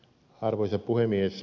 arvoisa puhemies